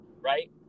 Right